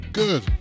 good